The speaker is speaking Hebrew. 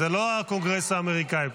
זה לא הקונגרס האמריקאי פה.